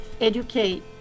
educate